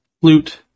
flute